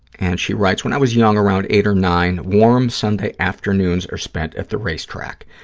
and she writes, when i was young, around eight or nine, warm sunday afternoons are spent at the racetrack,